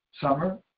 summer